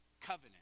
covenant